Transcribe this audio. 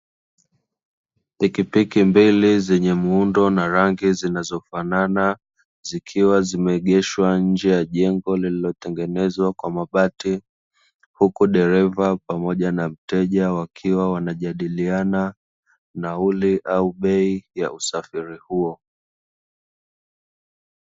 Pikipiki mbili zenye muundo na rangi zinazofanana, zikiwa zimeegeshwa nje ya jengo lililotengenezwa kwa mabati, huku dereva pamoja na mteja wakiwa wanajadiliana nauli au bei ya usafiri huo.